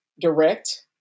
direct